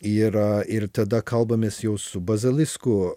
yra ir tada kalbamės jau su bazilisku